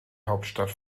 hauptstadt